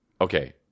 Okay